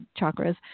chakras